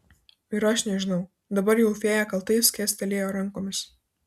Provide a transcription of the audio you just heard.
ir aš nežinau dabar jau fėja kaltai skėstelėjo rankomis